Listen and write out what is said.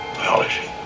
biology